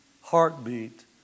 heartbeat